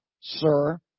sir